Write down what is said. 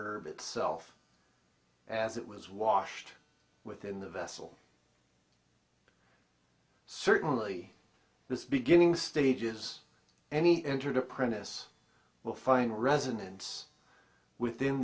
herb itself as it was washed within the vessel certainly this beginning stages any entered apprentice will find resonance within